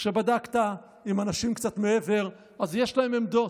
כשבדקת עם אנשים קצת מעבר, יש להם עמדות,